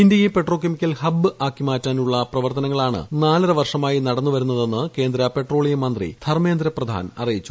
ഇന്ത്യയെ petrochemical hub ആക്കി മാറ്റാനുള്ള പ്രവർത്തന്നുങ്ങളാണ് നാലര വർഷമായി നടന്നുവരുന്നതെന്ന് കേന്ദ്ര പെട്രോളിയം മൃത്തി പ്പർമേന്ദ്ര പ്രധാൻ അറിയിച്ചു